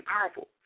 powerful